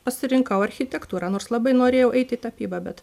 pasirinkau architektūrą nors labai norėjau eiti į tapybą bet